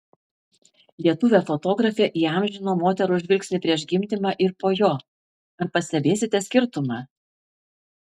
lietuvė fotografė įamžino moterų žvilgsnį prieš gimdymą ir po jo ar pastebėsite skirtumą